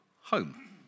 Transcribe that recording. home